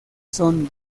son